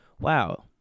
wow